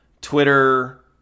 Twitter